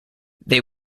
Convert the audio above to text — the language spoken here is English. they